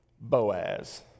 Boaz